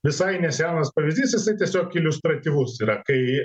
visai nesenas pavyzdys jisai tiesiog iliustratyvus yra kai